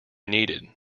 needed